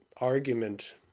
argument